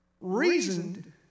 reasoned